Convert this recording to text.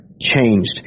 changed